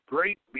Great